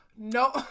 No